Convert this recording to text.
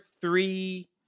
three